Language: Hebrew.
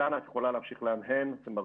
אילנה, את יכולה להמשיך להנהן, זה מרשים.